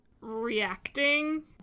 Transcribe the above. reacting